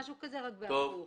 משהו כזה רק הפוך.